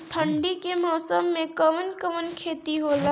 ठंडी के मौसम में कवन कवन खेती होला?